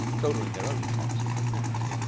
soldering their own tops as they passed.